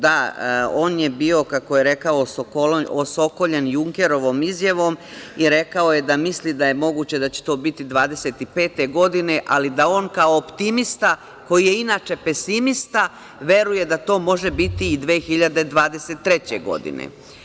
Da, on je bio, kako je rekao, osokoljen Junkerovom izjavom i rekao je da misli da je moguće da će to biti 2025. godine, ali da on kao optimista, koji je inače pesimista, veruje da to može biti i 2023. godine.